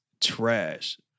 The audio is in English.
trash